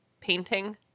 painting